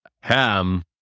ham